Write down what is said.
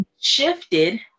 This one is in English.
shifted